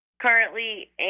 currently